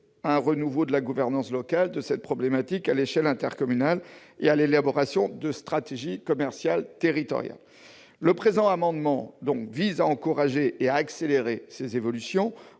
un renouveau de la gouvernance locale de cette problématique à l'échelle intercommunale et à l'élaboration de stratégies commerciales territoriales. Cet amendement vise à encourager et à accélérer ces évolutions